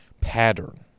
pattern